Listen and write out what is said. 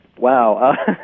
Wow